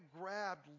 grabbed